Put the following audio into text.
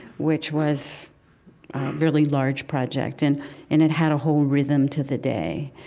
which was a really large project, and and it had a whole rhythm to the day,